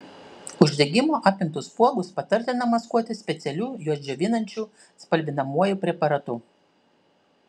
uždegimo apimtus spuogus patartina maskuoti specialiu juos džiovinančiu spalvinamuoju preparatu